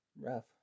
Rough